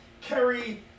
Kerry